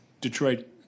Detroit